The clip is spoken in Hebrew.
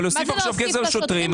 אבל יוסיפו עכשיו כסף לשוטרים,